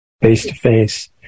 face-to-face